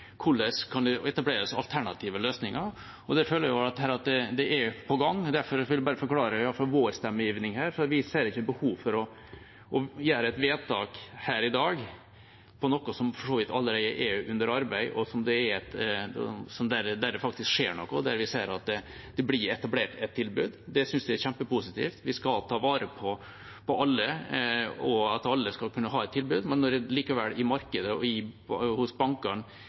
for vi ser ikke behov for å gjøre et vedtak her i dag når det gjelder noe som for så vidt allerede er under arbeid, der det faktisk skjer noe, og der vi ser at det blir etablert et tilbud. Det synes jeg er kjempepositivt. Vi skal ta vare på alle og at alle skal kunne ha et tilbud, men når det i markedet og hos bankene er en løsning på gang, tenker jeg at det trenger vi ikke å vedta på nytt her i